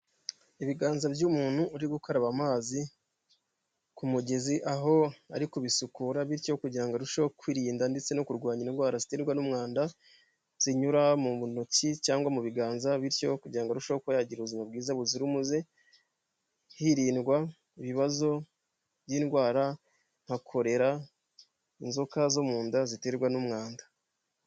Ibiganza by'umuntu uri gukaraba amazi ku mugezi aho ari kubisukura bityo kugira ngo arusheho kwirinda ndetse no kurwanya indwara ziterwa n'umwanda zinyura mu ntoki cyangwa mu biganza bityo kugirango ngo arusheho kugira ubuzima bwiza buzira umuze, hirindwa, ibibazo by'indwara nka Korera, Inzoka zo mu nda ziterwa n'umwanda.